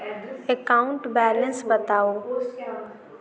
account balance बताउ